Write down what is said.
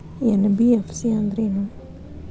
NBFC ಅಂದ್ರೇನು?